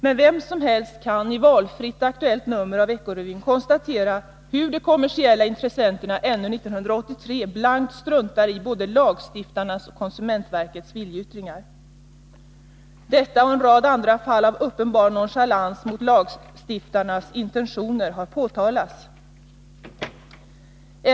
Men vem som helst kan i valfritt, aktuellt nummer av Vecko-Revyn konstatera att de kommersiella intressenterna ännu 1983 blankt struntar i både lagstiftarens och konsumentverkets viljeyttringar. Detta och en rad andra fall av uppenbar nonchalans mot lagstiftarens intentioner har påtalats.